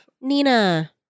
Nina